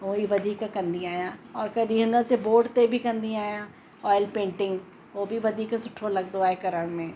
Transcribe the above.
उहो ई वधीक कंदी आहियां और कॾहिं हिन जे बोर्ड ते बि कंदी आहियां ऑयल पेंटिंग उहो बि वधीक सुठो लॻंदो आहे करण में